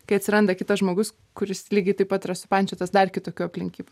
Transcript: kai atsiranda kitas žmogus kuris lygiai taip pat yra supančiotas dar kitokių aplinkybių